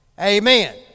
Amen